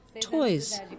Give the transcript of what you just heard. toys